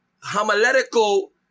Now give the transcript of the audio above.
homiletical